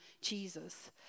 Jesus